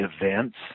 events